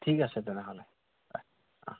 ঠিক আছে তেনেহ'লে বাই অঁ